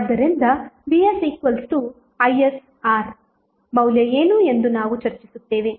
ಆದ್ದರಿಂದ vsisR ಮೌಲ್ಯ ಏನು ಎಂದು ನಾವು ಚರ್ಚಿಸುತ್ತೇವೆ